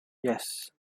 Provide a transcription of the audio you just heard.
yes